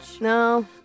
No